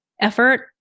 effort